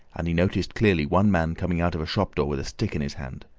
and he noticed clearly one man coming out of a shop-door with a stick in his hand.